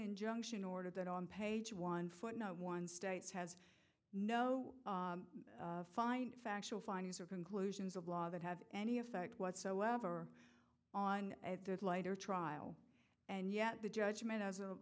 injunction order that on page one footnote one states has no fine factual findings or conclusions of law that have any effect whatsoever on at that light or trial and yet the judgment as a